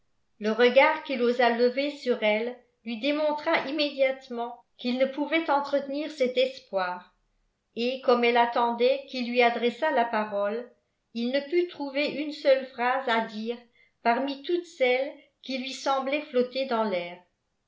le regard qu'il osa lever sur elle lui démontra immédiatement qu'il ne pouvait entretenir cet espoir et comme elle attendait qu'il lui adressât la parole il ne put trouver une seule phrase à dire parmi toutes celles qui lui semblaient flotter dans l'air